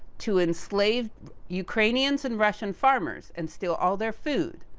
to enslave ukrainians and russian farmers, and steal all their food.